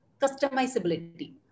Customizability